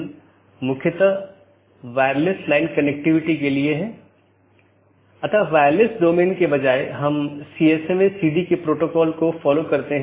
इसलिए EBGP साथियों के मामले में जब हमने कुछ स्लाइड पहले चर्चा की थी कि यह आम तौर पर एक सीधे जुड़े नेटवर्क को साझा करता है